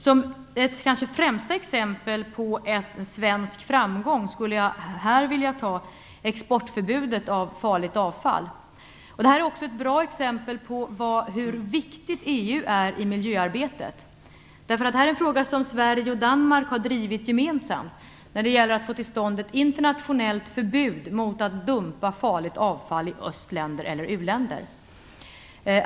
Som det kanske främsta exemplet på en svensk framgång skulle jag här vilja nämna förbudet mot export av farligt avfall. Det är också ett bra exempel på hur viktigt EU är i miljöarbetet. Det här är nämligen en fråga som Sverige och Danmark har drivit gemensamt - vi har försökt att få till stånd ett internationellt förbud mot att dumpa farligt avfall i östländer eller u-länder.